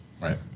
Right